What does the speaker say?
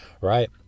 right